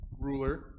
ruler